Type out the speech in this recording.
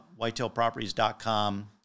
whitetailproperties.com